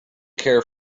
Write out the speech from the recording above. care